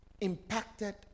impacted